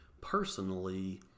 personally